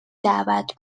دعوت